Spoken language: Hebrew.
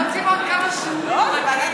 לוועדת פנים.